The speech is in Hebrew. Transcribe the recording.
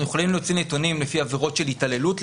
אנחנו יכולים להוציא נתונים לפי עבירות של התעללות,